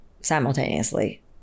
simultaneously